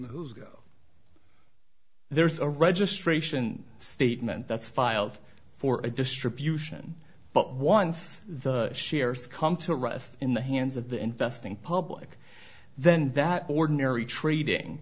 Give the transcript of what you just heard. whose go there's a registration statement that's filed for a distribution but once the shares come to rest in the hands of the investing public then that ordinary trading